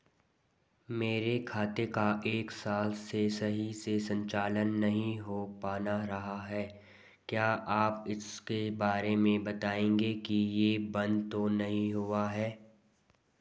मेरे खाते का एक साल से सही से संचालन नहीं हो पाना रहा है क्या आप इसके बारे में बताएँगे कि ये बन्द तो नहीं हुआ है?